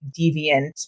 deviant